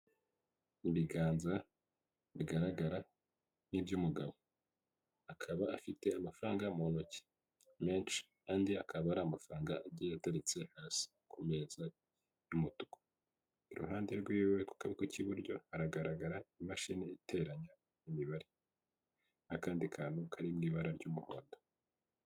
Mu biganza bigaragara n'iby'umugabo, akaba afite amafaranga mu ntoki menshi andi akaba ari amafaranga agiye ateritse hasi ku meza y'umutuku, iruhande rw'iwe ku kaboko k'iburyo hagaragara imashini iteranya imibare n'akandi kantu kari mu ibara ry'umuhondo.